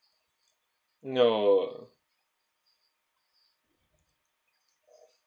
no